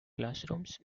classrooms